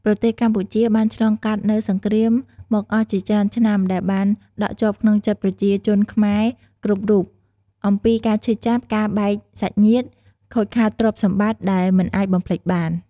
ប្រទេសកម្ពុជាបានឆ្លងកាត់នូវសង្រ្គាមមកអស់ជាច្រើនឆ្នាំដែលបានដកជាប់ក្នុងចិត្តប្រជាជនខ្មែរគ្រប់រូបអំពីការឈឺចាប់ ការបែកសាច់ញាតិ ខូចខាតទ្រព្យសម្បត្តិដែលមិនអាចបំភ្លេចបាន។